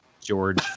George